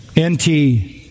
NT